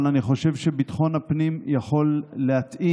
אבל אני חושב שביטחון הפנים יכול להתאים,